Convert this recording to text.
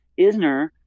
Isner